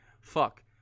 Fuck